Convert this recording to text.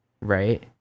right